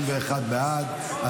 71 בעד,